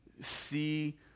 see